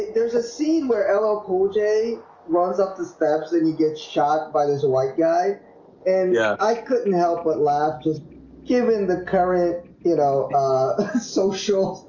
there's a scene where ll ah cool j runs up the steps and he gets shot by this white guy and yeah i couldn't help but laugh just given the current you know social